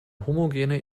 homogene